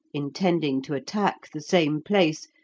intending to attack the same place,